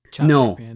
no